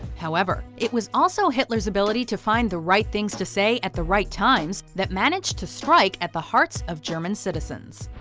however, it was also hitler's ability to find the right thing to say at the right times that managed to strike at the hearts of german citizens.